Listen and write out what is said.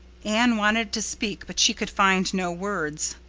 anne wanted to speak but she could find no words.